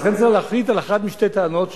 לכן צריך להחליט על אחת משתי טענות,